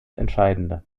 entscheidende